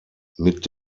mit